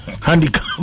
handicap